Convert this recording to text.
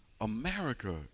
America